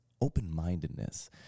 open-mindedness